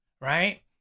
right